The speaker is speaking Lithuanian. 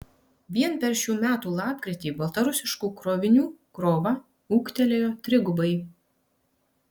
vien per šių metų lapkritį baltarusiškų krovinių krova ūgtelėjo trigubai